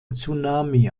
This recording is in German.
tsunami